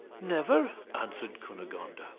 never, answered cunegonde.